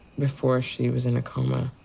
before she was in a coma,